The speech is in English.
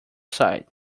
side